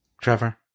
Trevor